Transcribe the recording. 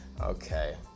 Okay